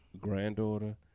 granddaughter